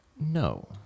No